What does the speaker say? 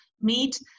meet